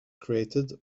created